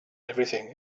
everything